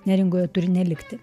neringoje turi nelikti